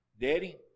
daddy